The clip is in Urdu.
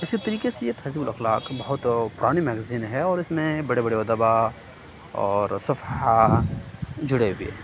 اِسی طریقے سے یہ تہذیب الاخلاق بہت پُرانی میگزین ہے اور اِس میں بڑے بڑے ادباء اور صفحاء جڑے ہوئے ہیں